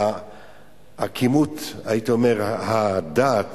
והייתי אומר עקימות הדעת